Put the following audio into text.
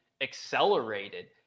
accelerated